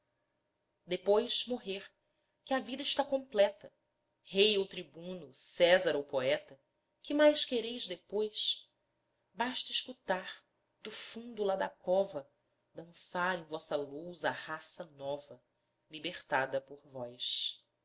depois morrer que a vida está completa rei ou tribuno césar ou poeta que mais quereis depois basta escutar do fundo lá da cova dançar em vossa lousa a raça nova libertada por vós